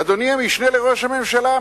אדוני המשנה לראש הממשלה,